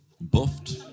Buffed